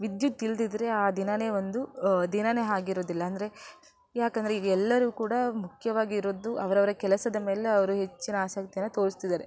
ವಿದ್ಯುತ್ತಿಲ್ಲದಿದ್ರೆ ಆ ದಿನವೇ ಒಂದು ದಿನವೇ ಆಗಿರುದಿಲ್ಲ ಅಂದರೆ ಯಾಕೆಂದ್ರೆ ಈಗ ಎಲ್ಲರಿಗೂ ಕೂಡ ಮುಖ್ಯವಾಗಿರೋದು ಅವರವರ ಕೆಲಸದ ಮೇಲೆ ಅವರು ಹೆಚ್ಚಿನ ಆಸಕ್ತಿಯನ್ನು ತೋರಿಸ್ತಿದ್ದಾರೆ